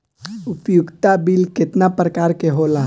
उपयोगिता बिल केतना प्रकार के होला?